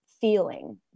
feeling